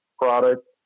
product